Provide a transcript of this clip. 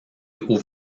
aux